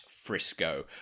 frisco